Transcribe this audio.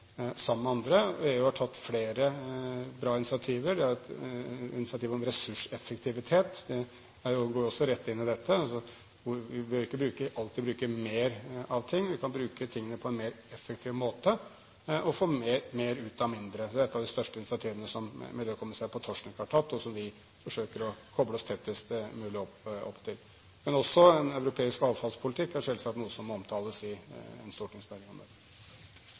sammen med andre. EU har tatt flere bra initiativer. De har et initiativ om ressurseffektivitet, som går rett inn i dette: Vi behøver ikke alltid bruke mer av ting, vi kan bruke tingene på en mer effektiv måte og få mer ut av mindre. Dette er et av de største initiativene som miljøkommissær Potocnik har tatt, og som vi forsøker å koble oss tettest mulig opp til. Men også en europeisk avfallspolitikk er selvsagt noe som må omtales i en stortingsmelding om dette.